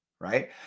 Right